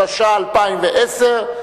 התש"ע 2010,